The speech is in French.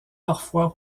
parfois